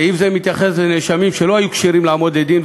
סעיף זה מתייחס לנאשמים שלא היו כשירים לעמוד לדין,